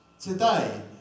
today